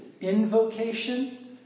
invocation